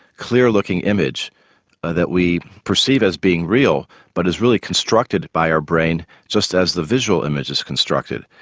clear looking image that we perceive as being real but is really constructed by our brain just as the visual image is constructed.